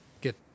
get